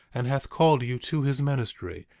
and hath called you to his ministry,